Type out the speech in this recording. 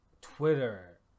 Twitter